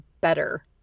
better